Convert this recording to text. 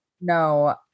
No